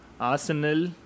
Arsenal